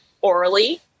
orally